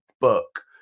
book